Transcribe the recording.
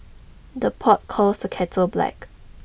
the pot calls the kettle black